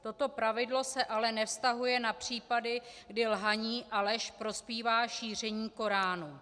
Toto pravidlo se ale nevztahuje na případy, kdy lhaní a lež prospívá šíření koránu.